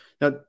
Now